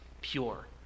pure